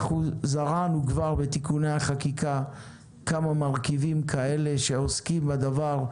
זרענו בתיקוני החקיקה כמה מרכיבים כאלה שעוסקים בדבר,